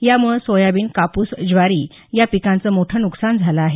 यामुळं सोयाबीन कापूस ज्वारी या पिकांच मोठं नुकसान झालं आहे